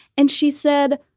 and she said,